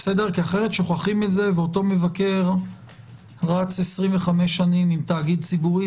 אחרת שוכחים את זה ואותו מבקר רץ 25 שנים עם תאגיד ציבורי.